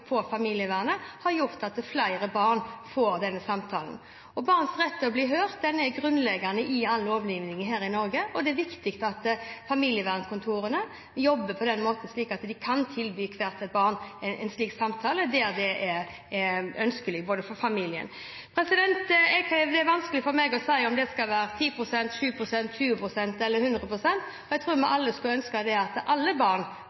på familievernet, har gjort at flere barn får denne samtalen. Barns rett til å bli hørt er grunnleggende i all lovgivning her i Norge, og det er viktig at familievernkontorene jobber på den måten, slik at vi kan tilby hvert barn en slik samtale der det er ønskelig for familien. Det er vanskelig for meg å si om det skal være 7 pst., 10 pst., 20 pst. eller 100 pst. Jeg tror vi alle skulle ønske at alle barn